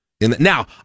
Now